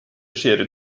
schere